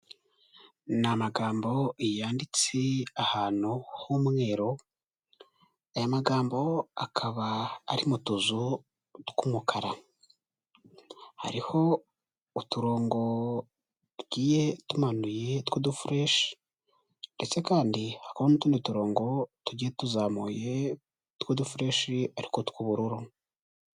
Ni amagambo yanditse ahantu h'umweru, aya magambo akaba ari mu tuzu tw'umukara. Hariho uturongo tugiye tumanuye tw'udufureshi ndetse kandi hakabaho n'utundi turongo, tugiye tuzamuye tw'udufureshi ariko tw'ubururu.